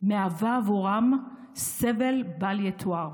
מהווה עבורם סבל בל יתואר.